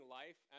life